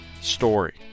story